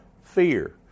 fear